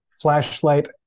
flashlight